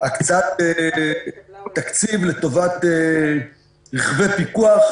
הקצת תקציב לטובת רכבי פיקוח.